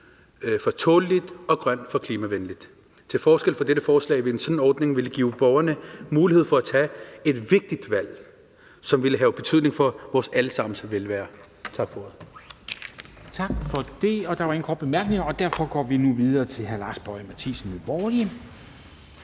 for tåleligt og grønt for klimavenligt. Til forskel fra dette forslag ville en sådan ordning give borgerne mulighed for at tage et vigtigt valg, som ville have betydning for vores alle sammens velvære. Tak for ordet.